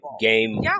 game